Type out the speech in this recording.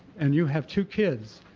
and you have two kids.